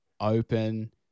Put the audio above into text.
open